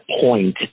point